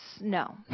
no